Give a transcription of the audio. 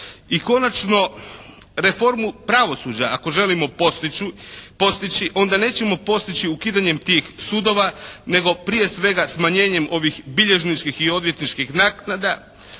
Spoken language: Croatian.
I konačno, reformu pravosuđa ako želimo postići onda nećemo postići ukidanjem tih sudova nego prije svega smanjenjem ovih bilježničkih i odvjetničkih naknada,